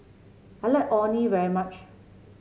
I like Orh Nee very much